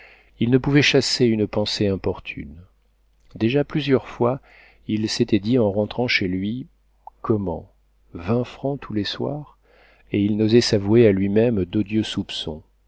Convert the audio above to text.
il ne pouvait chasser une pensée importune déjà plusieurs fois il s'était dit en rentrant chez lui comment vingt francs tous les soirs et il n'osait s'avouer à lui-même d'odieux